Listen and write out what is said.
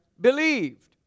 believed